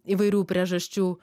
įvairių priežasčių